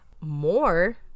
more